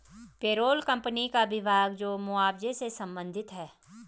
payroll company का विभाग जो मुआवजे से संबंधित है